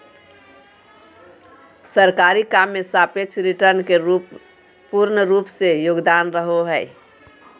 सरकारी काम मे सापेक्ष रिटर्न के पूर्ण रूप से योगदान रहो हय